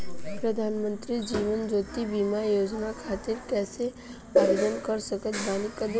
प्रधानमंत्री जीवन ज्योति बीमा योजना खातिर कैसे आवेदन कर सकत बानी?